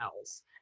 else